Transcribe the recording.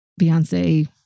Beyonce